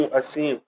assim